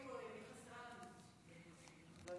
היית